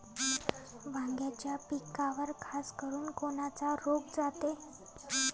वांग्याच्या पिकावर खासकरुन कोनचा रोग जाते?